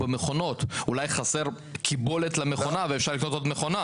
אולי חסרה קיבולת למכונה ואפשר לקנות עוד מכונה.